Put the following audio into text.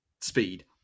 speed